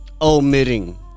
omitting